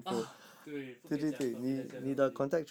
ah 对不可以讲 confidential 的东西